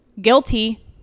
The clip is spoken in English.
guilty